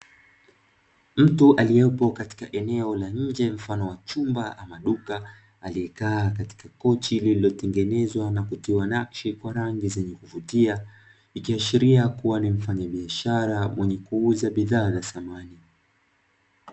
Mtu alioko katika eneo kubwa ya nje mfano wa chumba ama duka aliokaa katika kochi, lillilotengenezwa kwa nakshi na rangi za kuvutia ikiashiria kuwa ni biashara kuuza bidhaa na samani.